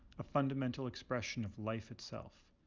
a fundamental expression of life itself.